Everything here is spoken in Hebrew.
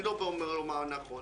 אני לא אומר מה נכון,